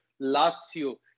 Lazio